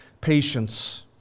patience